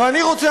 ואני רוצה,